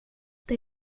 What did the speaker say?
det